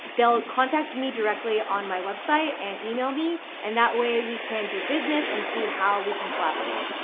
they'll contact me directly on my website and email me and that way we can do business and see how we can collaborate.